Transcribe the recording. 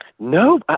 No